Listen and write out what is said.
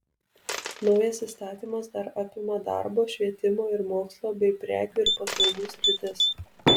naujas įstatymas dar apima darbo švietimo ir mokslo bei prekių ir paslaugų sritis